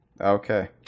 Okay